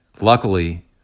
luckily